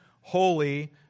holy